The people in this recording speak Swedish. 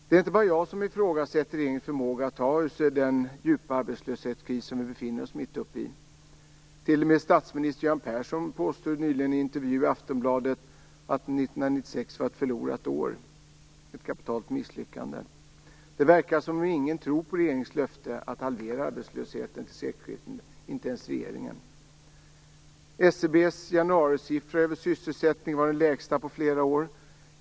Det är inte bara jag som ifrågasätter regeringens förmåga att ta sig ur den djupa arbetslöshet som vi befinner oss mitt uppe i. T.o.m. statsminister Göran Persson påstod nyligen i en intervju i Aftonbladet att 1996 var ett förlorat år, ett kapitalt misslyckande. Det verkar som att ingen tror på regeringens löfte att halvera arbetslösheten till sekelskiftet, inte ens regeringen. SCB:s januarisiffror över sysselsättningen var de lägsta på flera år.